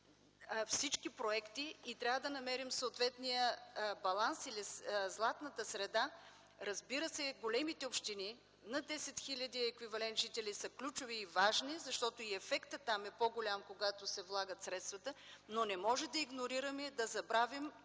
всички проекти и трябва да намерим съответния баланс или златната среда. Разбира се, големите общини с над 10 000 еквивалент жители, са ключови и важни, защото и ефектът там е по-голям, когато се влагат средствата, но не можем да игнорираме, да забравим